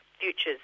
futures